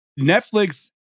Netflix